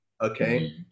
okay